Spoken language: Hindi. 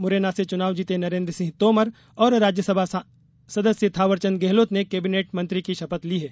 मुरैना से चुनाव जीते नरेंद्र सिंह तोमर और राज्यसभा सदस्य थावरचंद गहलोत ने कैबिनेट मंत्री की शपथ ली है